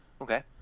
Okay